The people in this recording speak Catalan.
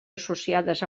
associades